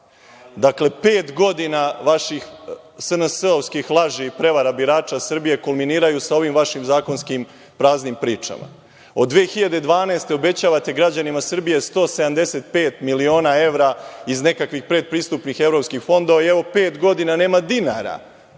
Dakle, pet godina vaših SNS-ovskih laži i prevara birača Srbije kulminiraju sa ovim vašim zakonskim praznim pričama. Od 2012. godine obećavate građanima Srbije 175 miliona evra iz nekakvih predpristupnih evropskih fondova. Evo, pet godina nema dinara,